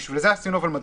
אבל בשביל זה עשינו מדרגה.